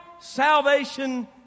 salvation